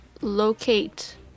locate